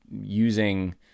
using